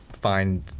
find